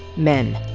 men.